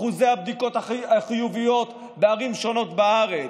על אחוזי הבדיקות החיוביות בערים שונות בארץ: